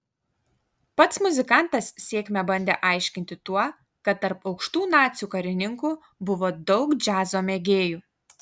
pats muzikantas sėkmę bandė aiškinti tuo kad tarp aukštų nacių karininkų buvo daug džiazo mėgėjų